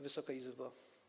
Wysoka Izbo!